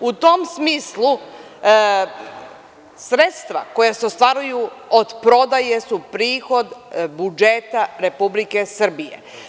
U tom smislu, sredstva koja se ostvaruju od prodaje su prihod budžeta Republike Srbije.